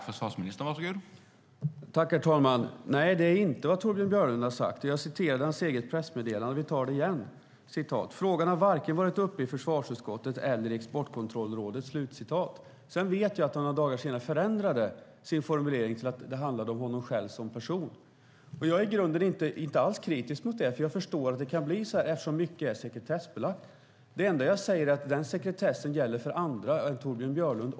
Herr talman! Nej, det är inte vad Torbjörn Björlund har sagt. Jag citerade hans eget pressmeddelande, och jag gör det igen: "Frågan har varken varit uppe i försvarsutskottet eller i Exportkontrollrådet." Sedan vet jag att han några dagar senare ändrade sin formulering till att det handlade om honom själv som person. Och jag är i grunden inte alls kritisk mot det, för jag förstår att det kan bli så här eftersom mycket är sekretessbelagt. Det enda jag säger är att den sekretessen gäller för alla, också för Torbjörn Björlund.